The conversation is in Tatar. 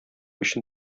өчен